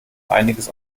einiges